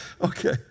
Okay